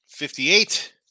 58